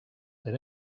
they